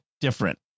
different